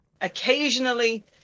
occasionally